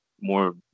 more